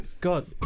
God